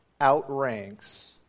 outranks